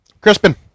Crispin